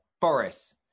Boris